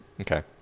Okay